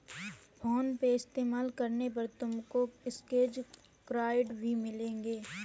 phone पे इस्तेमाल करने पर तुमको स्क्रैच कार्ड्स भी मिलेंगे